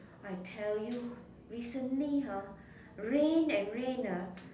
I tell you recently ah rain and rain ah